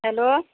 hello